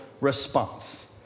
response